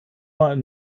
mal